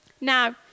Now